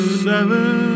seven